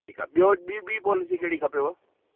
ठीकु आहे ॿियो ॿी ॿी पॉलिसी कहिड़ी खपेव